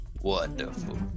Wonderful